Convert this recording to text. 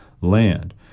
land